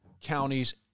counties